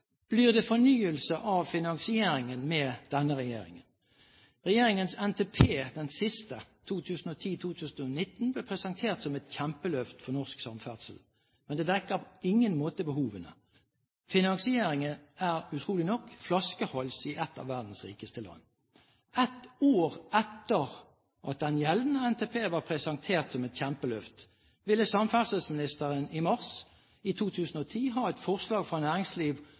Blir det fornyelse av finansieringen med denne regjeringen? Regjeringens NTP – den siste – for 2010–2019 ble presentert som et kjempeløft for norsk samferdsel. Men den dekker på ingen måte behovene. Finansieringen er – utrolig nok – en flaskehals i ett av verdens rikeste land. Ett år etter at den gjeldende NTP var presentert som et kjempeløft, ville samferdselsministeren i mars 2010 ha et forslag fra